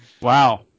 Wow